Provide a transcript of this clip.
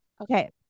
Okay